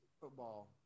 football